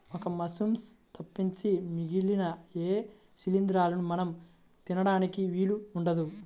ఒక్క మశ్రూమ్స్ తప్పించి మిగిలిన ఏ శిలీంద్రాలనూ మనం తినడానికి వీలు ఉండదు